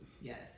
Yes